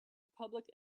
public